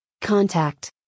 Contact